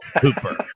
Hooper